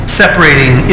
separating